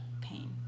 pain